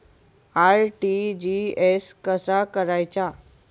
RTGS कसा करायचा?